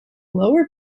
lower